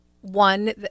one